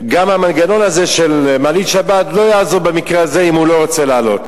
המנגנון הזה של מעלית שבת לא יעזור במקרה הזה אם הוא לא רוצה לעלות.